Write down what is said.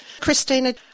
Christina